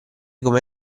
come